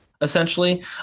essentially